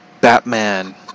Batman